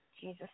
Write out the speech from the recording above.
Jesus